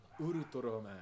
Ultraman